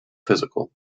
physical